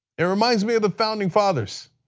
it reminds me of the founding fathers.